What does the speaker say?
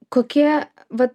kokie vat